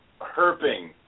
herping